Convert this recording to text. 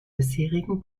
bisherigen